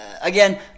again